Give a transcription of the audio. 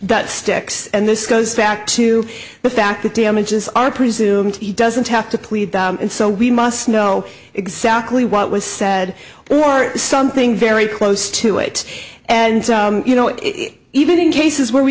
that sticks and this goes back to the fact that damages are presumed he doesn't have to plead and so we must know exactly what was said or something very close to it and you know even in cases where we